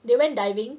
they went diving